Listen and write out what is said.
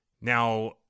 Now